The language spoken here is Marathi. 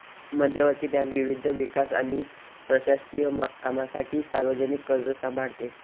मध्यवर्ती बँक विविध विकास आणि प्रशासकीय कामांसाठी सार्वजनिक कर्ज सांभाळते